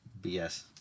BS